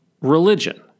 religion